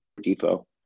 depot